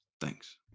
Thanks